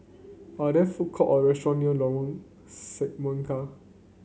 are there food court or restaurant near Lorong Semangka